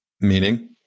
Meaning